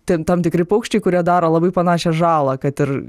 ten tam tikri paukščiai kurie daro labai panašią žalą kad ir